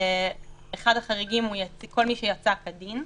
אחד החריגים הוא כל מי שיצא כדין.